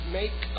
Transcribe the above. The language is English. make